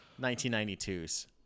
1992's